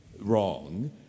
wrong